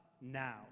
now